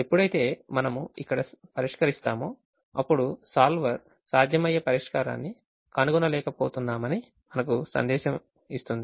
ఎప్పుడైతే మనము ఇక్కడ పరిష్కరిస్తామొ అప్పుడు సోల్వర్ సాధ్యమయ్యే పరిష్కారాన్ని కనుగొనలేకపోతున్నామని మనకు సందేశం వస్తుంది